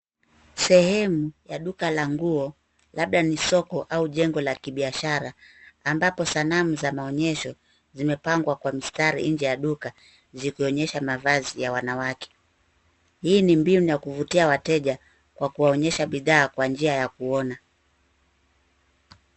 Sehemu ya duka la nguo labda ni soko au jengo la kibiashara ambako sanamu za maonyesho zimepangwa kwa mstari nje ya duka zikionyesha mavazi ya wanawake. Hii ni mbinu ya kuvutia wateja kwa kuwaonyesha bidhaa kwa njia ya kuona.